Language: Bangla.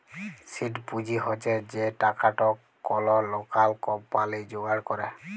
সিড পুঁজি হছে সে টাকাট কল লকাল কম্পালি যোগাড় ক্যরে